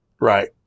Right